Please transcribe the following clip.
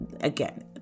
again